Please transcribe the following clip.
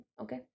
okay